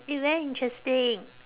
eh very interesting